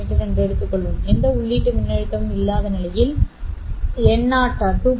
me என்று சொல்லலாம் எந்த உள்ளீட்டு மின்னழுத்தமும் இல்லாத நிலையில் n0 2